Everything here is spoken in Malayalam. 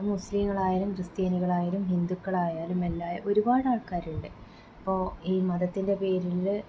മുസ്ലിംങ്ങളായാലും ക്രിസ്ത്യാനികളായാലും ഹിന്ദുക്കളായാലും എല്ലാം ഒരുപാട് ആള്ക്കാരുണ്ട് ഇപ്പോൾ ഈ മതത്തിന്റെ പേരിൽ